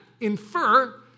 infer